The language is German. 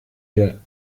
der